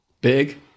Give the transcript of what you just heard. big